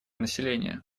население